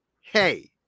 Hey